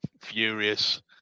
furious